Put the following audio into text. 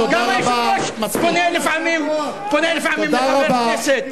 גם היושב-ראש פונה לפעמים לחברי כנסת.